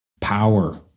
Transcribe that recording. power